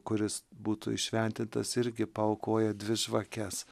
kuris būtų įšventintas irgi paaukoja dvi žvakes